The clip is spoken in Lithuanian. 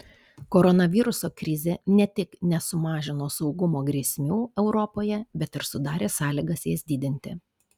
koronaviruso krizė ne tik nesumažino saugumo grėsmių europoje bet ir sudarė sąlygas jas didinti